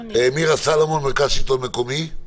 מירה סלומון, מרכז שלטון מקומי,